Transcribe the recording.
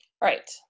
right